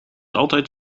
altijd